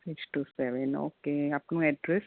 six two seven okay આપનું address